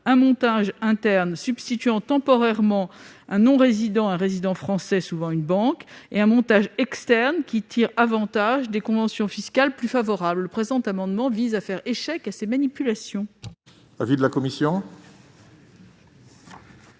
un montage interne, substituant temporairement au non-résident un résident français, qui est souvent une banque, et un montage externe, qui tire avantage des conventions fiscales plus favorables. Cet amendement vise à faire échec à ces manipulations.